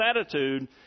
attitude